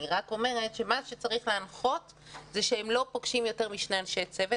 אבל אני אומרת שמה שצריך להנחות זה שהם לא פוגשים יותר משני אנשי צוות